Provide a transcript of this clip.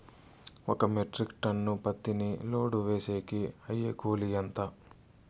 ఒక metric ton పత్తిని load వేసేకి అయ్యే కూలి ఎంత?